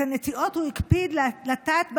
את הנטיעות הוא הקפיד לטעת בידיים,